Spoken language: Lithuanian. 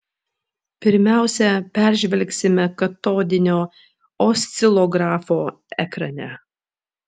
pirmiausia peržvelgsime katodinio oscilografo ekrane